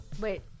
Wait